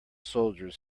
soldiers